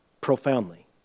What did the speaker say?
profoundly